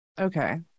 Okay